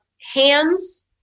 hands